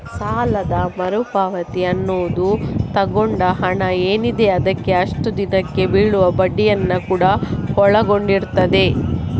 ಸಾಲದ ಮರು ಪಾವತಿ ಅನ್ನುದು ತಗೊಂಡ ಹಣ ಏನಿದೆ ಅದಕ್ಕೆ ಅಷ್ಟು ದಿನಕ್ಕೆ ಬೀಳುವ ಬಡ್ಡಿಯನ್ನ ಕೂಡಾ ಒಳಗೊಂಡಿರ್ತದೆ